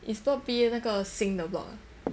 it's not B 那个新的 block ah